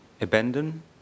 abandon